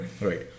right